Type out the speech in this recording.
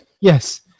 Yes